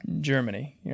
Germany